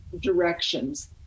directions